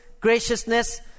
graciousness